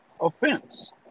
offense